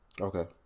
Okay